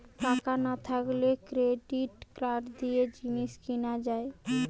টাকা না থাকলে ক্রেডিট কার্ড দিয়ে জিনিস কিনা যায়